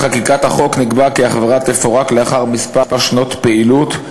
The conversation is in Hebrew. בעת חקיקת החוק נקבע כי החברה תפורק לאחר כמה שנות פעילות,